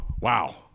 wow